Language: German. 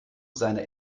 seiner